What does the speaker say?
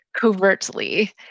covertly